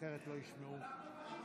אנחנו אופוזיציה.